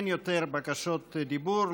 אין יותר בקשות דיבור,